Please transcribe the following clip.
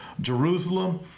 Jerusalem